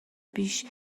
پیش